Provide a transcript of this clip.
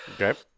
okay